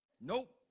Nope